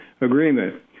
agreement